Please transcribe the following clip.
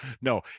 no